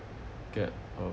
get a